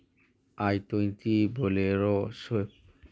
I twenty bolero swift